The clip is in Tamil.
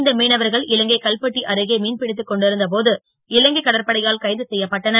இந்த மீனவர்கள் இலங்கை கல்பட்டி அருகே மீன்பிடித்துக் கொண்டிருந்த போது இலங்கை கடற்படையால் கைது செ யப்பட்டனர்